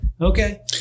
Okay